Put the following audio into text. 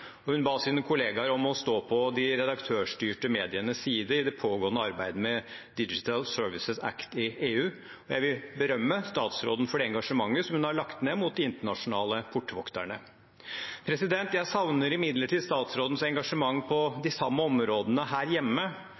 Hun ba sine kollegaer om å stå på de redaktørstyrte medienes side i det pågående arbeidet med Digital Services Act i EU. Jeg vil berømme statsråden for det engasjementet hun har lagt ned mot de internasjonale portvokterne. Jeg savner imidlertid statsrådens engasjement på de samme områdene her hjemme,